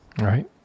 Right